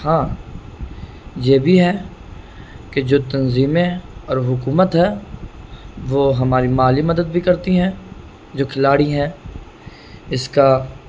ہاں یہ بھی ہے کہ جو تنظیمیں اور حکومت ہے وہ ہماری مالی مدد بھی کرتی ہیں جو کھلاڑی ہیں اس کا